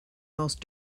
most